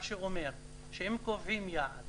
מה שאומר שאם קובעים יעד